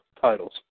titles